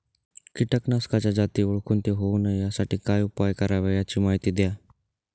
किटकाच्या जाती ओळखून ते होऊ नये यासाठी काय उपाय करावे याची माहिती द्या